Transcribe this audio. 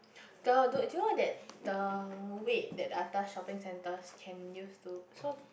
the do do you know that the wait that atas shopping centres can use too so